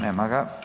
Nema ga.